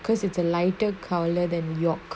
because it's a lighter colour than york